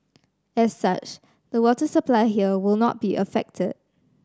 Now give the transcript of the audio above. as such the water supply here will not be affected